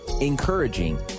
encouraging